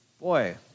Boy